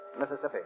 Mississippi